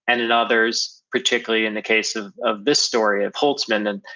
and and others particularly in the case of of this story, of holzminden,